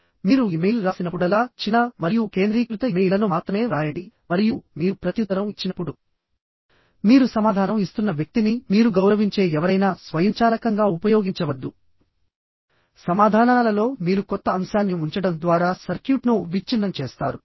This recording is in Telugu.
మీరు ఇమెయిల్ రాసినప్పుడల్లా చిన్న మరియు కేంద్రీకృత ఇమెయిల్లను మాత్రమే వ్రాయండి మరియు మీరు ప్రత్యుత్తరం ఇచ్చినప్పుడు మీరు సమాధానం ఇస్తున్న వ్యక్తిని మీరు గౌరవించే ఎవరైనా స్వయంచాలకంగా ఉపయోగించవద్దు సమాధానాలలో మీరు కొత్త అంశాన్ని ఉంచడం ద్వారా సర్క్యూట్ను విచ్ఛిన్నం చేస్తారు